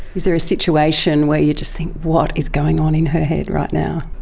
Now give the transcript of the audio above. is there a situation where you just think what is going on in her head right now?